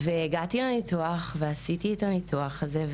הגעתי לניתוח ועברתי אותו,